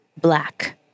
black